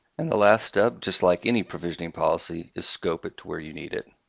and the last step, just like any provisioning policy, is scope it to where you need it.